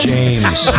James